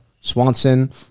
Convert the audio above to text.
Swanson